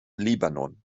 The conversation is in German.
libanon